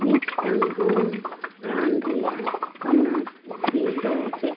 ᱢᱤᱫᱴᱟᱱ ᱦᱳᱢ ᱨᱟᱱ ᱨᱮᱱᱟᱜ ᱯᱟᱹᱱᱟᱹᱨᱥᱤᱫᱚ ᱪᱮᱫ